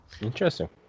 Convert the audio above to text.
Interesting